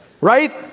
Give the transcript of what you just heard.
Right